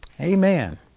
Amen